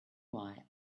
why